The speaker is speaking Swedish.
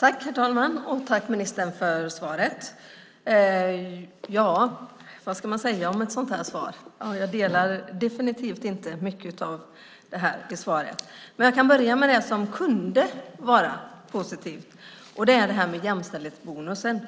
Herr talman! Tack, ministern, för svaret! Vad ska jag säga om ett sådant här svar? Jag instämmer definitivt inte i mycket av svaret, men jag kan börja med det som kunde vara positivt - jämställdhetsbonusen.